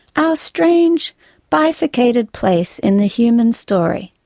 our strange bifurcated place in the human story,